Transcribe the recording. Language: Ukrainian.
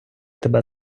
тебе